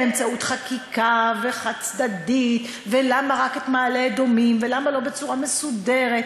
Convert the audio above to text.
באמצעות חקיקה וחד-צדדי ולמה רק את מעלה אדומים ולמה לא בצורה מסודרת.